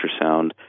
ultrasound